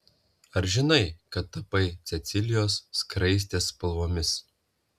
ar žinai kad tapai cecilijos skraistės spalvomis